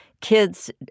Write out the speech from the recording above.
kids